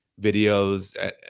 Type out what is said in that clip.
videos